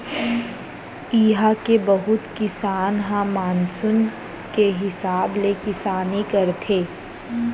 इहां के बहुत किसान ह मानसून के हिसाब ले किसानी करथे